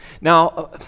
Now